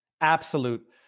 absolute